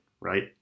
Right